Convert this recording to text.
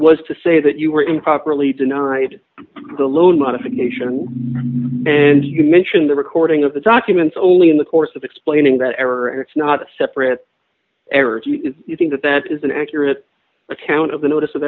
was to say that you were improperly denied the loan modification and you mentioned the recording of the documents only in the course of explaining that error it's not a separate error you think that that is an accurate account of the notice